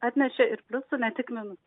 atnešė ir pliusų ne tik minusų